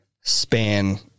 span